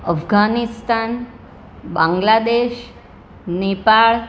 Afghanistan Bangladesh Nepal